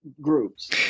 groups